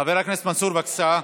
חבר הכנסת מנסור, בבקשה.